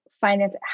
finance